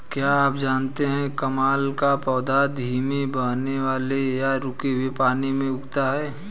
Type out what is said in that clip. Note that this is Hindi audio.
क्या आप जानते है कमल का पौधा धीमे बहने वाले या रुके हुए पानी में उगता है?